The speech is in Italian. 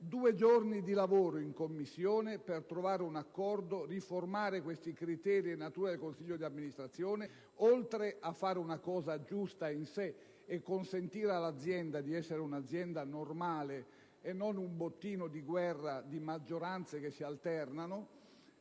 due giorni di lavoro in Commissione per trovare un accordo e riformare i criteri e la natura del consiglio d'amministrazione. Oltre a fare una cosa giusta in sé e a consentire alla RAI di essere un'azienda normale e non un bottino di guerra di maggioranze che si alternano,